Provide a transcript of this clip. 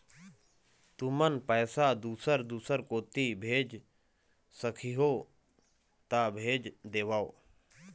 तुमन पैसा दूसर दूसर कोती भेज सखीहो ता भेज देवव?